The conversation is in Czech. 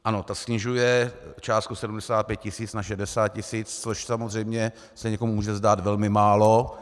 Ano, ta snižuje částku 75 tisíc na 60 tisíc, což samozřejmě se někomu může zdát velmi málo.